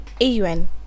AUN